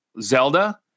Zelda